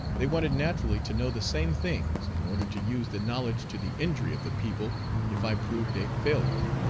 they wanted naturally to know the same things in order to use the knowledge to the injury of the people if i proved a failure.